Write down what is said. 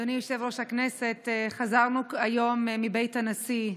אדוני יושב-ראש הישיבה, חזרנו היום מבית הנשיא.